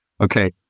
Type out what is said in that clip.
Okay